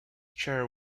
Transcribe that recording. chair